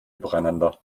übereinander